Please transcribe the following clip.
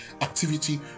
activity